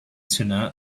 tina